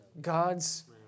God's